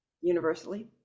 universally